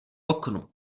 oknu